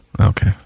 Okay